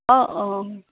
অঁ অঁ